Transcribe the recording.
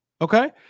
okay